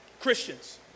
Christians